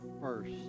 first